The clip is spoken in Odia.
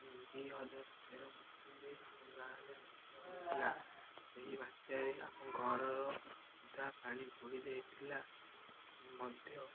ଦୁଇ ହଜାର ତେର ମସିହାରେ ଆମ ଗାଁରେ ବାତ୍ୟା ହୋଇଥିଲା ସେହି ବାତ୍ୟାରେ ଆମ ଘରର ଅଧା ପାଣି ବୁଡ଼ି ଯାଇଥିଲା ମଧ୍ୟ